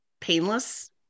painless